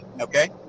okay